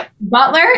Butler